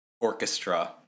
orchestra